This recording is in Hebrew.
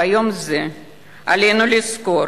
ביום זה עלינו לזכור